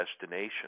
destination